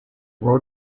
road